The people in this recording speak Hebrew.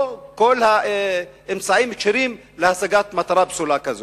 לא כל האמצעים כשרים להשגת מטרה פסולה כזאת.